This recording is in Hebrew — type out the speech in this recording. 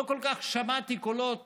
לא כל כך שמעתי קולות